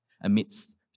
amidst